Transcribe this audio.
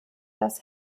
dass